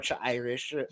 Irish